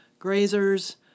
grazers